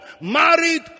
married